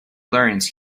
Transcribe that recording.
learns